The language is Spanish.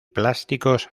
plásticos